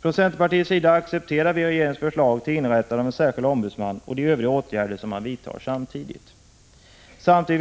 Från centerpartiets sida accepterar vi regeringens förslag till inrättandet av en särskild ombudsman och de övriga åtgärder som samtidigt skall vidtas.